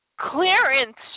Clearance